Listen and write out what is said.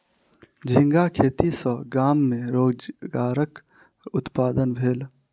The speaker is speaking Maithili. झींगा खेती सॅ गाम में रोजगारक उत्पादन भेल